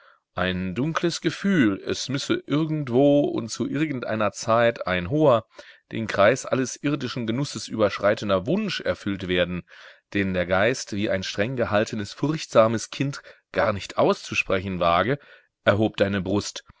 ein dunkles gefühl es müsse irgendwo und zu irgendeiner zeit ein hoher den kreis alles irdischen genusses überschreitender wunsch erfüllt werden den der geist wie ein strenggehaltenes furchtsames kind gar nicht auszusprechen wage erhob deine brust